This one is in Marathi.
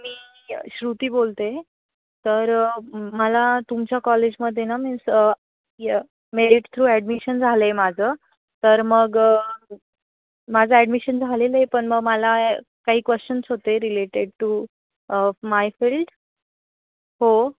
मी श्रुती बोलते तर मला तुमच्या कॉलेजमध्ये ना मीन्स य मेरिट थ्रू ॲडमिशन झालं आहे माझं तर मग माझं ॲडमिशन झालेलं आहे पण म मला काही क्वेश्चन्स होते रिलेटेड टू माय फील्ड हो